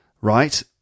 right